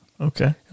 Okay